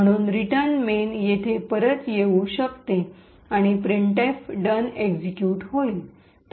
म्हणून return main येथे परत येऊ शकते आणि प्रिंटएफ डन एक्सिक्यूट होईल